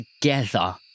together